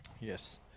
yes